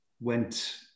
Went